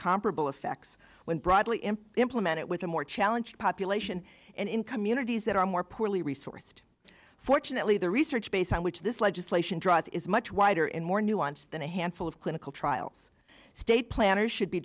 comparable effects when broadly in implemented with a more challenging population and in communities that are more poorly resourced fortunately the research base on which this legislation draws is much wider and more nuanced than a handful of clinical trials state planners should be